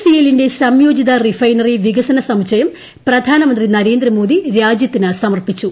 C എല്ലിന്റെ സംയോജിത refinery വികസന സമുച്ചയം പ്രധാനമന്ത്രി നരേന്ദ്രമോദി രാജ്യത്തിന് സമർപ്പിച്ചു